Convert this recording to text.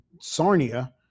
Sarnia